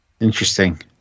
Interesting